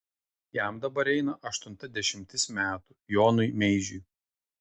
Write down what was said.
jam dabar eina aštunta dešimtis metų jonui meižiui